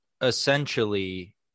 essentially